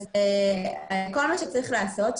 כל מה שצריך לעשות,